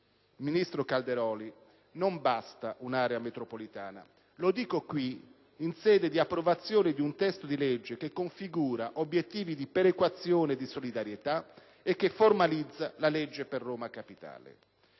ministro Calderoli, non basta un'area metropolitana: lo dico qui, in sede di approvazione di un testo di legge che configura obiettividi perequazione e solidarietà e che formalizza la legge per Roma Capitale.